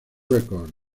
records